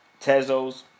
Tezos